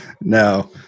No